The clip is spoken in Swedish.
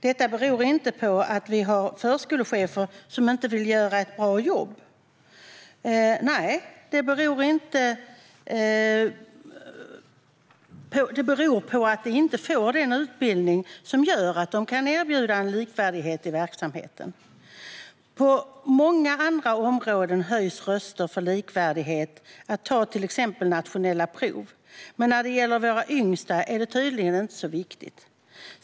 Detta beror inte på att vi har förskolechefer som inte vill göra ett bra jobb, utan det beror på att de inte får den utbildning som gör att de kan erbjuda en likvärdighet i verksamheten. På många andra områden höjs röster för likvärdighet, till exempel när det gäller nationella prov, men när det gäller våra yngsta är det tydligen inte så viktigt.